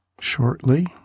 Shortly